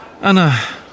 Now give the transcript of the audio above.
Anna